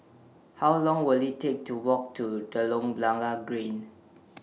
How Long Will IT Take to Walk to Telok Blangah Green